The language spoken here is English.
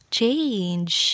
change